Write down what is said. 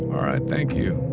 alright. thank you.